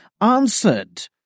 answered